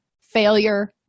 failure